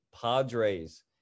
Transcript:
Padres